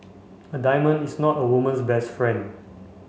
a diamond is not a woman's best friend